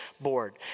board